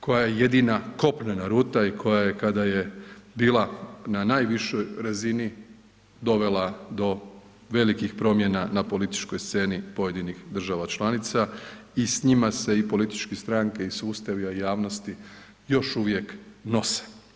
koja je jedina kopnena ruta i koja je kada je bila na najvišoj razini dovela do velikih promjena na političkoj sceni pojedinih država članica i s njima se i političke stranke i sustavi o javnosti još uvijek nose.